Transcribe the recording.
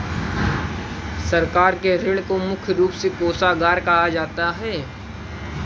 सरकार के ऋण को मुख्य रूप से कोषागार कहा जाता है